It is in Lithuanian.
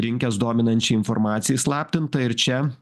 rinkęs dominančią informaciją įslaptintą ir čia